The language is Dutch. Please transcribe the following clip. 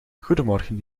goedemorgen